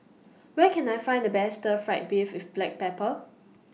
Where Can I Find The Best Stir Fried Beef with Black Pepper